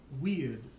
weird